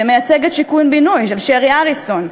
שמייצג את "שיכון ובינוי" של שרי הריסון,